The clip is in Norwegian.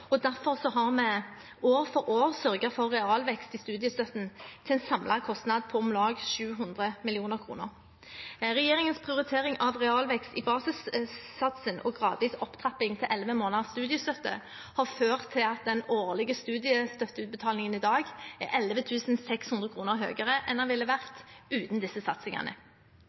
Derfor har vi år for år sørget for realvekst i studiestøtten til en samlet kostnad på om lag 700 mill. kr. Regjeringens prioritering av realvekst i basissatsen og gradvis opptrapping til elleve måneders studiestøtte har ført til at den årlige studiestøtteutbetalingen i dag er 11 600 kr høyere enn den ville vært uten disse satsingene.